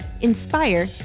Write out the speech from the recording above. inspire